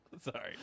Sorry